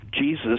Jesus